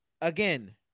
again